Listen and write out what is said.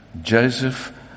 Joseph